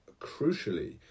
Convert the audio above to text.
crucially